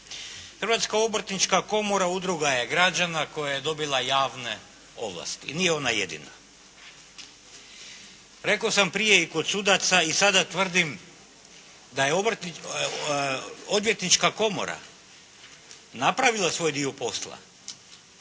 Hrvatska obrtnička komora udruga je građana koja je dobila javne ovlasti. I nije ona jedina. Rekao sam prije i kod sudaca i sada tvrdim da je odvjetnička komora napravila svoj dio posla